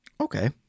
Okay